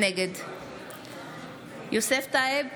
נגד יוסף טייב,